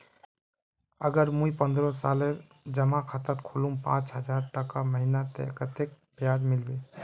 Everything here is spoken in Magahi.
अगर मुई पन्द्रोह सालेर जमा खाता खोलूम पाँच हजारटका महीना ते कतेक ब्याज मिलबे?